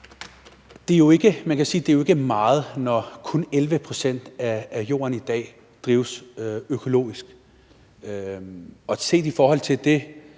at det ikke er meget, når kun 11 pct. af jorden i dag drives økologisk, og set i forhold til det